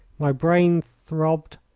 my brain throbbed,